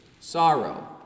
sorrow